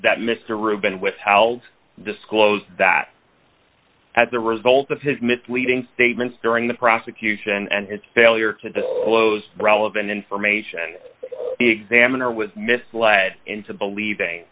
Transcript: that mr rubin with how disclose that as a result of his misleading statements during the prosecution and its failure to disclose relevant information examiner was misled into believing